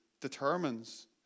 determines